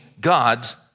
God's